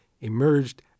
emerged